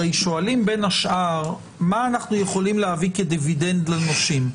הרי שואלים בין השאר מה אנחנו יכולים להביא כדיבידנד לנושים.